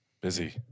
Busy